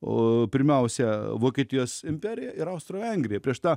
o pirmiausia vokietijos imperiją ir austro vengriją prieš tą